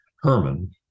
Herman